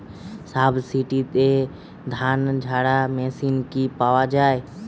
সাবসিডিতে ধানঝাড়া মেশিন কি পাওয়া য়ায়?